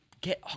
get